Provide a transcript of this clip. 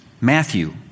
Matthew